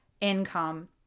income